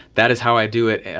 that is how i do it.